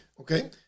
Okay